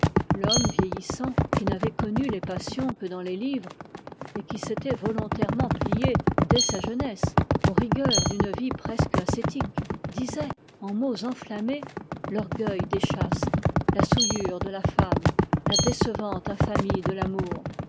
l'homme vieillissant qui n'avait connu les passions que dans les livres et qui s'était volontairement plié dès sa jeunesse aux rigueurs d'une vie presque ascétique disait en mots enflammés l'orgueil des chastes la souillure de la femme la décevante infamie de l'amour